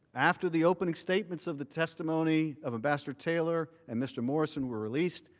after the opening statements of the testimony of ambassador taylor and mr. morrison were released,